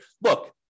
look